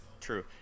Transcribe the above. true